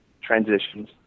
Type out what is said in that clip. transitions